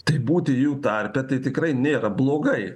tai būti jų tarpe tai tikrai nėra blogai